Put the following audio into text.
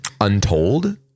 untold